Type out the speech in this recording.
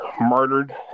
murdered